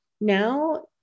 now